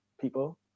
people